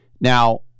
Now